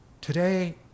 today